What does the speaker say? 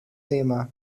tema